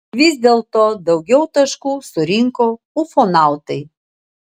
vis dėlto daugiau taškų surinko ufonautai